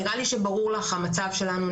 נראה לי שברור לך המצב שלנו.